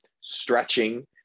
stretching